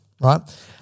right